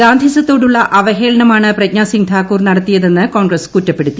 ഗാന്ധിസത്തോടുള്ള അവഹേളനമാണ് പ്രജ്ഞസിംഗ് താക്കൂർ നടത്തിയതെന്ന് കോൺഗ്രസ് കുറ്റപ്പെടുത്തി